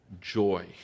joy